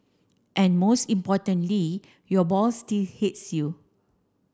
and most importantly your boss still hates you